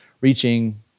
reaching